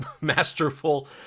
masterful